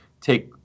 take